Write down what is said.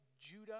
Judah